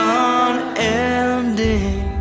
unending